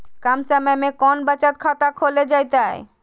कम समय में कौन बचत खाता खोले जयते?